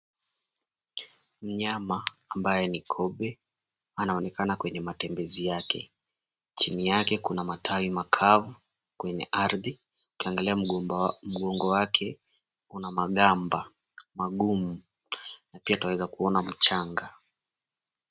Mnyama ambaye ni kobe anaonekana kwenye matembezi yake. Chini yake kuna matawi makavu kwenye ardhi, ukiangalia mgongo wake una magamba magumu, na pia twaweza kuona mchanga.